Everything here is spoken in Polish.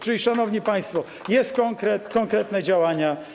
Czyli, szanowni państwo, jest konkret, są konkretne działania.